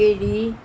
ਕਿਹੜੀ